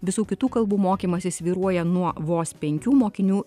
visų kitų kalbų mokymasis svyruoja nuo vos penkių mokinių